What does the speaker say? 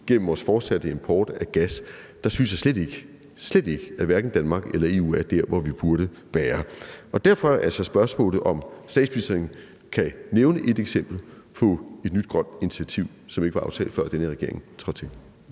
gennem vores fortsatte import af gas – synes jeg slet, slet ikke, at hverken Danmark eller EU er der, hvor vi burde være. Derfor er spørgsmålet altså, om statsministeren kan nævne et eksempel på et nyt grønt initiativ, som ikke var aftalt, før den her regering trådte til.